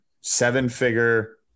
seven-figure